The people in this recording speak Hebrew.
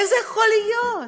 איך זה יכול להיות?